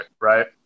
Right